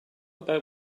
about